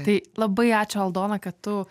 tai labai ačiū aldona kad tu